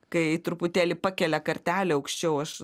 kai truputėlį pakelia kartelę aukščiau aš